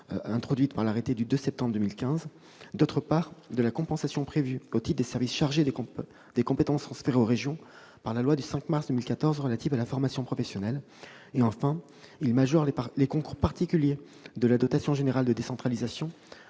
introduite par l'arrêté du 2 septembre 2015 et, d'autre part, de la compensation prévue au titre des services chargés des compétences transférées aux régions par la loi du 5 mars 2014 relative à la formation professionnelle, à l'emploi et à la démocratie sociale. Il majore enfin les concours particuliers de la dotation générale de décentralisation